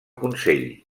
consell